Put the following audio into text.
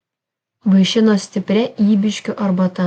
vaišino stipria ybiškių arbata